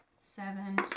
seven